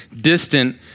distant